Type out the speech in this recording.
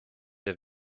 der